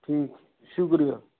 ٹھیک ہے شکریہ